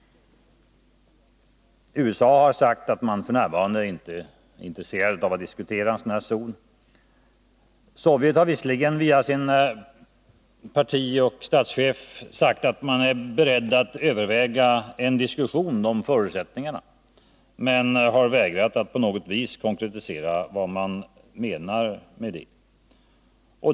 USA har sagt att man f. n. inte är intresserad av att diskutera en sådan här zon. Sovjet har visserligen via sin partioch statschef sagt att man är beredd att överväga en diskussion om förutsättningarna men har vägrat att på något vis konkretisera vad man menar med det.